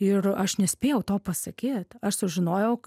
ir aš nespėjau to pasakyt aš sužinojau